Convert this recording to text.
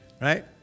Right